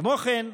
כמו כן,